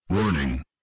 Warning